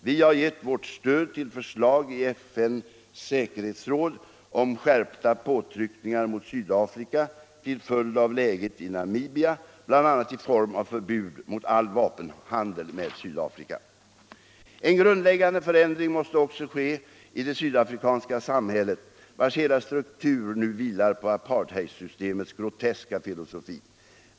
Vi har gett vårt stöd till förslag i FN:s säkerhetsråd om skärpta påtryckningar mot Sydafrika till följd av läget i Namibia, bl.a. i form av förbud mot all vapenhandel med Sydafrika. :- En grundläggande förändring måste också ske i det sydafrikanska samhället, vars hela struktur nu vilar på apartheidsystemets groteska filosofi.